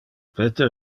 peter